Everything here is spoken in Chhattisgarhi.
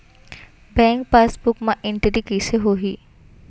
बैंक पासबुक मा एंटरी कइसे होही?